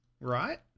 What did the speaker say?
Right